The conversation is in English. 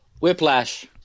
Whiplash